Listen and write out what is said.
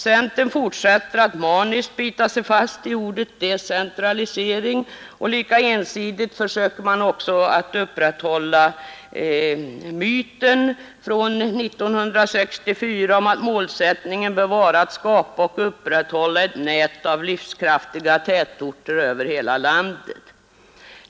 Centern fortsätter att maniskt bita sig fast i ordet decentralisering, och lika ensidigt försöker man upprätthålla myten från 1964 om att målsättningen bör vara att skapa och upprätthålla ett nät av livskraftiga tätorter över hela landet.